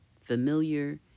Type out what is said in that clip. Familiar